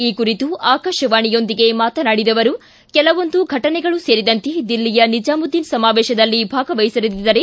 ಈ ಕುರಿತು ಆಕಾಶವಾಣಿಯೊಂದಿಗೆ ಮಾತನಾಡಿದ ಅವರು ಕೆಲವೊಂದು ಘಟನೆಗಳು ಸೇರಿದಂತೆ ದಿಲ್ಲಿಯ ನಿಜಾಮುದ್ದಿನ್ ಸಮಾವೇಶದಲ್ಲಿ ಭಾಗವಹಿಸಿರದಿದ್ದರೆ